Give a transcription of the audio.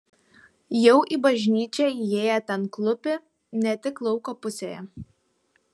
jau į bažnyčią įėję ten klūpi ne tik lauko pusėje